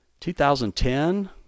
2010